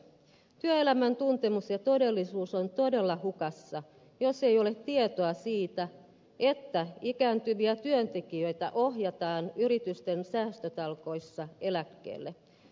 työelämän tuntemus ja todellisuus on todella hukassa jos ei ole tietoa siitä että ikääntyviä työntekijöitä ohjataan yritysten säästötalkoissa eläkkeelle